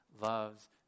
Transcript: loves